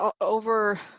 over